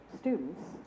students